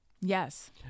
Yes